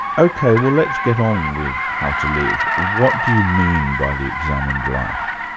ok, well let's get on with how to live. what do you mean by the examined life?